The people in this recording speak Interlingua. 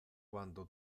quando